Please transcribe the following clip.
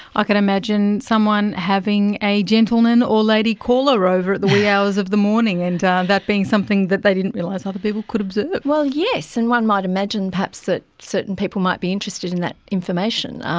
ah could imagine someone having a gentleman or lady caller over at the wee hours of the morning and that being something that they didn't realise other people could observe. well yes, and one might imagine perhaps that certain people might be interested in that information.